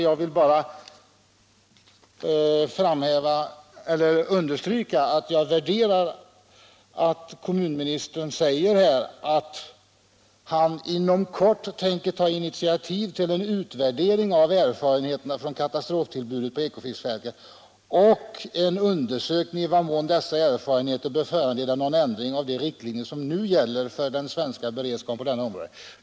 Jag vill bara understryka att jag värderar kommunministerns uttalande att han avser att ”inom kort ta initiativ till en utvärdering av erfarenheterna från katastroftillbudet på Ekofiskfältet och en undersökning i vad mån dessa erfarenheter bör föranleda någon ändring av de riktlinjer som nu gäller för den svenska beredskapen på detta område”.